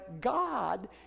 God